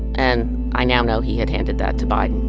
and i now know he had handed that to biden